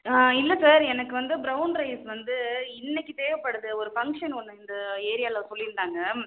இல்லை சார் எனக்கு வந்து ப்ரௌன் ரைஸ் வந்து இன்னைக்கி தேவைப்படுது ஒரு ஃபங்க்ஷன் ஒன்று இந்த ஏரியாவில சொல்லிருந்தாங்க